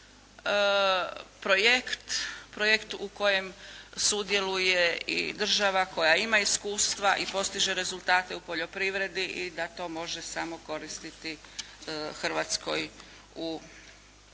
projekt u kojem sudjeluje i država koja ima iskustva i postiže rezultate u poljoprivredi i da to može samo koristiti Hrvatskoj u